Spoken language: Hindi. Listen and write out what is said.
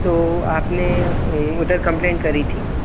तो आपने उधर कंप्लेंट करी थी